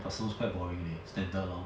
but sounds quite boring eh standard lor